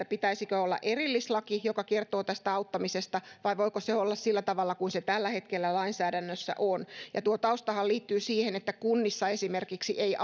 pitäisikö olla erillislaki joka kertoo tästä auttamisesta vai voiko se olla sillä tavalla kuin se tällä hetkellä lainsäädännössä on tuo taustahan liittyy siihen että kunnissa esimerkiksi ei